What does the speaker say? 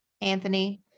anthony